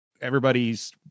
everybody's